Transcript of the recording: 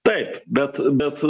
taip bet bet